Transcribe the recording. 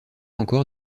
encore